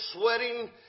sweating